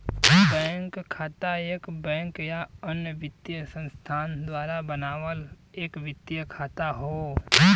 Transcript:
bank खाता एक bank या अन्य वित्तीय संस्थान द्वारा बनावल एक वित्तीय खाता हौ